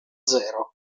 zero